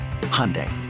Hyundai